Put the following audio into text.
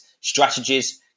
strategies